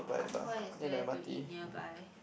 what is there to eat nearby